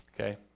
Okay